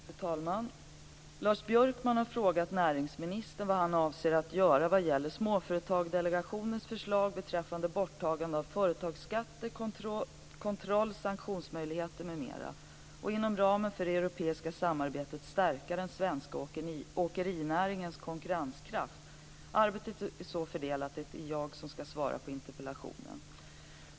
Fru talman! Lars Björkman har frågat näringsministern vad han avser göra vad gäller Småföretagsdelegationens förslag beträffande borttagande av företagsskatter, kontroll-/sanktionsmöjligheter, m.m. och inom ramen för det europeiska samarbetet stärka den svenska åkerinäringens konkurrenskraft. Arbetet är så fördelat att det är jag som skall svara på interpellationen.